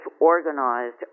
organized